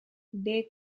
des